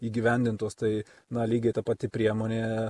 įgyvendintos tai na lygiai ta pati priemonė